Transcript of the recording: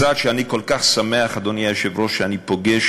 משרד שאני כל כך שמח, אדוני היושב-ראש, אני פוגש